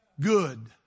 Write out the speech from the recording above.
good